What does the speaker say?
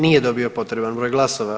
Nije dobio potreban broj glasova.